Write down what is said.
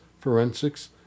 forensics